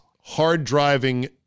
hard-driving